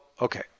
Okay